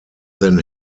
than